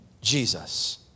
Jesus